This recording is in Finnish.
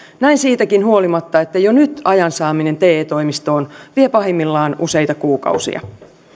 näin siitäkin huolimatta että jo nyt ajan saaminen te toimistoon vie pahimmillaan useita kuukausia